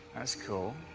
that's cool.